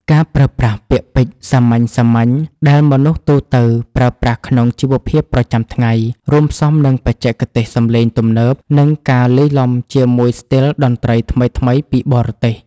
ការប្រើប្រាស់ពាក្យពេចន៍សាមញ្ញៗដែលមនុស្សទូទៅប្រើប្រាស់ក្នុងជីវភាពប្រចាំថ្ងៃ រួមផ្សំនឹងបច្ចេកទេសសម្លេងទំនើប និងការលាយឡំជាមួយស្ទីលតន្ត្រីថ្មីៗពីបរទេស